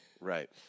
Right